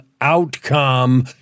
outcome